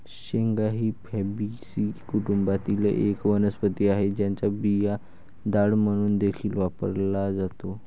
शेंगा ही फॅबीसी कुटुंबातील एक वनस्पती आहे, ज्याचा बिया डाळ म्हणून देखील वापरला जातो